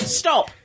stop